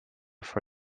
for